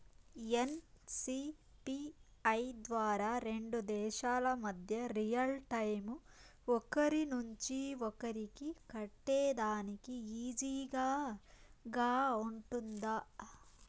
NCPI ద్వారా రెండు దేశాల మధ్య రియల్ టైము ఒకరి నుంచి ఒకరికి కట్టేదానికి ఈజీగా గా ఉంటుందా?